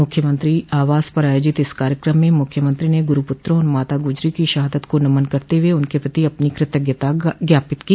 मुख्यमंत्री आवास पर आयोजित इस कार्यक्रम में मुख्यमंत्री ने गुरू पुत्रों और माता गुजरी की शहादत को नमन करते हुए उनके प्रति अपनी कृतज्ञता ज्ञापित की